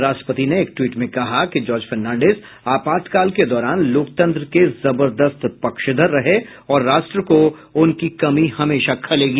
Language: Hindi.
राष्ट्रपति ने एक ट्वीट में कहा कि जार्ज फर्नाडिंस आपातकाल के दौरान लोकतंत्र के जबरदस्त पक्षधर रहे और राष्ट्र को उनकी कमी हमेशा खलेगी